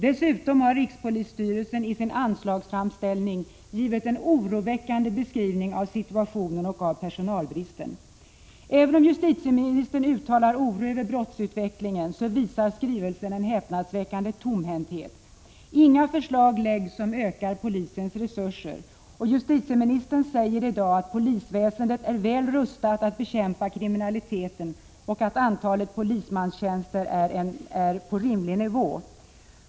Dessutom har rikspolisstyrelsen i sin anslagsframställning givit en oroväckande beskrivning av situationen och av personalbristen. Även om justitieministern uttalar oro över brottsutvecklingen, så visar skrivelsen en häpnadsväckande tomhänthet. Inga förslag läggs fram som ökar polisens resurser. Justitieministern säger i dag att polisväsendet är väl rustat att bekämpa kriminaliteten och att antalet polismanstjänster är på rimlig nivå.